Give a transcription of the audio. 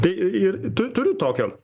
tai i ir tu turiu tokio